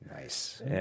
Nice